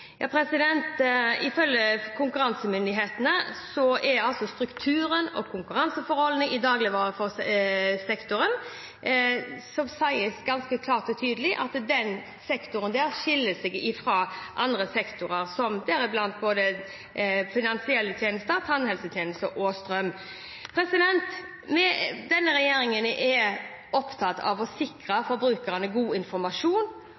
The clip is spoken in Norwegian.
Ifølge konkurransemyndighetene er strukturen og konkurranseforholdene i dagligvaresektoren – det sies ganske klart og tydelig – slik at denne sektoren skiller seg fra andre sektorer, deriblant både finansielle tjenester, tannhelsetjenester og strøm. Denne regjeringen er opptatt av å sikre forbrukerne god informasjon